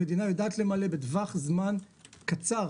למלא בטווח זמן קצר